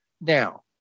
Now